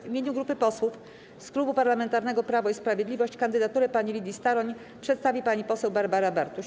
W imieniu grupy posłów z Klubu Parlamentarnego Prawo i Sprawiedliwość kandydaturę pani Lidii Staroń przedstawi pani poseł Barbara Bartuś.